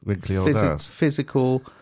physical